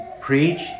preach